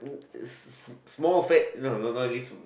wha~ small fat no no no lis~